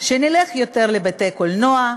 שנלך יותר לבתי-קולנוע,